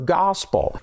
gospel